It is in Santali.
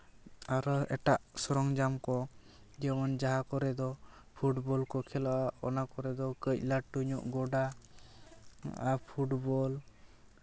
ᱟᱨᱚ ᱮᱴᱟᱜ ᱥᱚᱨᱚᱧᱡᱟᱢ ᱠᱚ ᱡᱮᱢᱚᱱ ᱡᱟᱦᱟᱸ ᱠᱚᱨᱮ ᱫᱚ ᱯᱷᱩᱴᱵᱚᱞ ᱠᱚ ᱠᱷᱮᱞᱚᱜᱼᱟ ᱚᱱᱟ ᱠᱚᱨᱮ ᱫᱚ ᱠᱟᱹᱪ ᱞᱟᱹᱴᱩ ᱧᱚᱜ ᱜᱚᱰᱟ ᱟᱨ ᱯᱷᱩᱴᱵᱚᱞ